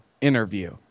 interview